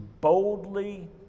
boldly